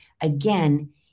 Again